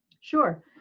sure